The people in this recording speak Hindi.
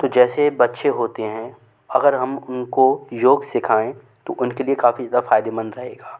तो जैसे बच्चे होते हैं अगर हम उनको योग सिखाएं तो उनके लिए काफ़ी ज़्यादा फ़ायदेमंद रहेगा